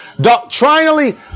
doctrinally